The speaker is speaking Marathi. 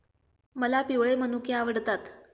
मला पिवळे मनुके आवडतात